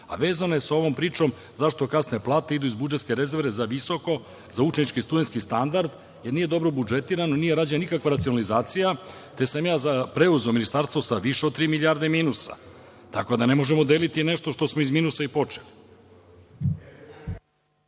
a vezano je sa ovom pričom zašto kasne plate, idu iz budžetske rezerve za visoko, za učenički i studentski standard, jer nije dobro budžetirano, nije rađena nikakva racionalizacija, te sam ja preuzeo Ministarstvo sa više od tri milijarde minusa, tako da ne možemo deliti nešto što smo iz minusa i počeli.